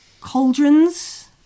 cauldrons